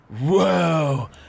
Whoa